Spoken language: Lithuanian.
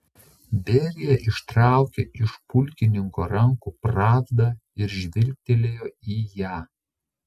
berija ištraukė iš pulkininko rankų pravdą ir žvilgtelėjo į ją